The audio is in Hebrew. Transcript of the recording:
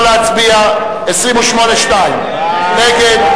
נא להצביע, סעיף 28(2) נגד,